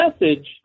message